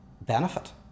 benefit